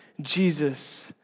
Jesus